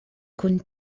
kun